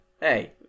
Hey